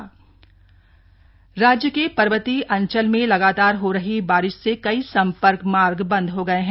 मौसम राज्य के पर्वतीय अंचल में लगातार हो रही बारिश से कई संपर्क मार्ग बंद हो गए हैं